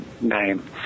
name